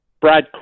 Brad